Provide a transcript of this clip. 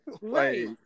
Right